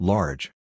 Large